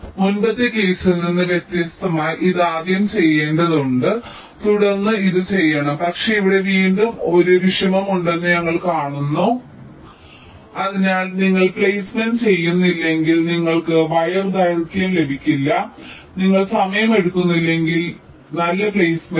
അതിനാൽ മുമ്പത്തെ കേസിൽ നിന്ന് വ്യത്യസ്തമായി ഇത് ആദ്യം ചെയ്യേണ്ടതുണ്ട് തുടർന്ന് ഇത് ചെയ്യണം പക്ഷേ ഇവിടെ വീണ്ടും ഒരു വിഷമമുണ്ടെന്ന് ഞങ്ങൾ കാണുന്നു അതിനാൽ നിങ്ങൾ പ്ലെയ്സ്മെന്റ് ചെയ്യുന്നില്ലെങ്കിൽ നിങ്ങൾക്ക് വയർ ദൈർഘ്യം ലഭിക്കില്ല നിങ്ങൾ സമയം എടുക്കുന്നില്ലെങ്കിൽ നിങ്ങൾക്ക് ലഭിക്കില്ല നല്ല പ്ലേസ്മെന്റ്